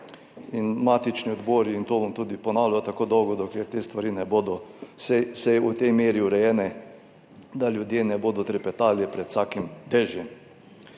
in matični odbori in to bom tudi ponavljal, tako dolgo, dokler te stvari ne bodo vsaj v tej meri urejene, da ljudje ne bodo trepetali pred vsakim dežjem.